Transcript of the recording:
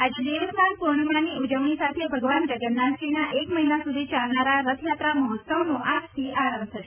આજે દેવસ્નાન પૂર્ણિમાની ઉજવણી સાથે ભગવાન જગન્નાથજીના એક મહિના સુધી ચાલનારા રથયાત્રા મહોત્સવનો આજથી આરંભ થશે